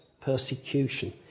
persecution